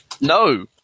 No